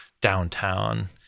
downtown